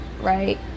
Right